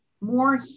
more